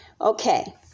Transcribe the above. Okay